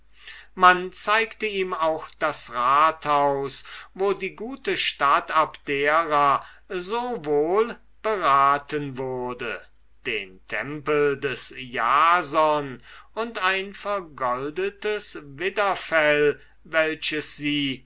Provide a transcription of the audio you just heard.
man zeigte ihm auch das rathaus wo die gute stadt abdera so wohl beraten wurde den tempel des jasons und ein vergoldetes widderfell welches sie